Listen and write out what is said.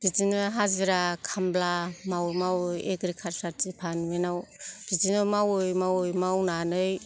बिदिनो हाजिरा खामला मावै मावै एग्रिकाल्चार डिपारमेन्ट आव बिदिनो मावै मावै मावनानै